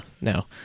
No